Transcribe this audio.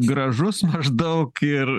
gražus maždaug ir